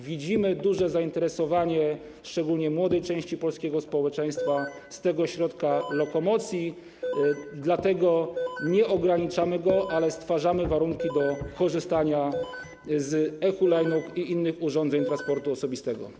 Widzimy duże zainteresowanie, szczególnie młodej części polskiego społeczeństwa, tym środkiem lokomocji, dlatego nie ograniczamy tej możliwości, a stwarzamy warunki do korzystania z e-hulajnóg i innych urządzeń transportu osobistego.